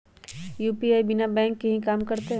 UPI बिना bank के भी कम करतै?